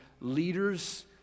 leaders